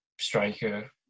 striker